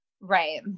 right